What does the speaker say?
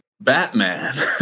Batman